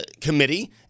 Committee